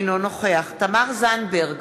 אינו נוכח תמר זנדברג,